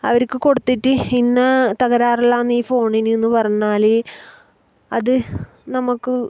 അവർക്ക് കൊടുത്തിട്ട് ഇന്ന തകരാർ എല്ലാമാണീ ഫോണിന് എന്ന് പറഞ്ഞാൽ അത് നമുക്ക്